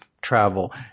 travel